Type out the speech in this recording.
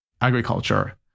agriculture